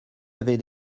avaient